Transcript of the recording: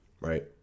right